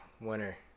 winner